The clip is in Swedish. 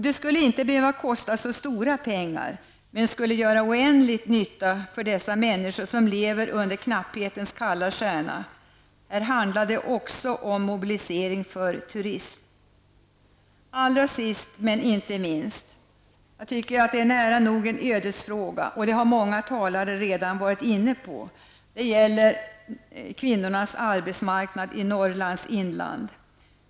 Det skulle inte behöva kosta så stora pengar, men det skulle göra oändlig nytta för dessa människor, som lever under knapphetens kalla stjärna. Här handlar det också om mobilisering för turism. Allra sist men inte minst till något som är nära nog en ödesfråga -- det har många talare redan varit inne på -- nämligen kvinnornas arbetsmarknad i Norrlands inland.